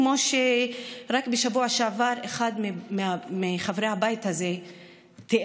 כמו שרק בשבוע שעבר אחד מחברי הבית הזה תיאר,